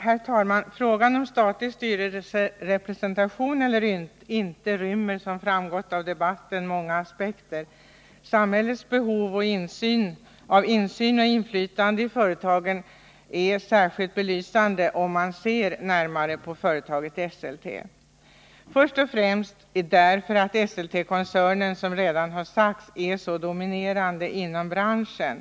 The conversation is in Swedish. Herr talman! Frågan om statlig styrelserepresentation eller inte rymmer, som framgått av debatten, många aspekter. Samhällets behov av insyn och inflytande i företagen är särskilt belysande om man ser närmare på företaget Esselte. Först och främst bör Esseltekoncernen granskas därför att den är så dominerande inom branschen.